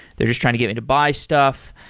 they're just trying to get me to buy stuff.